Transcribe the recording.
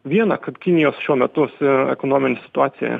viena kad kinijos šiuo metu si ekonominė situacija